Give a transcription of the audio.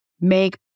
make